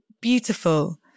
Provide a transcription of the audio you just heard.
beautiful